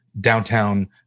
downtown